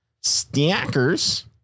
stackers